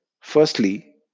Firstly